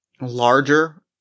larger